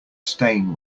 stain